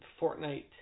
Fortnite